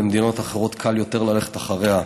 למדינות אחרות קל יותר ללכה אחריה.